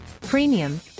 premium